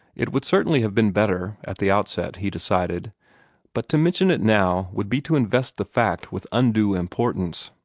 it would certainly have been better, at the outset, he decided but to mention it now would be to invest the fact with undue importance.